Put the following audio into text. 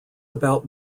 about